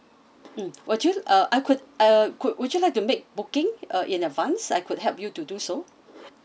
mm would you uh I could uh I could would you like to make booking uh in advance I could help you to do so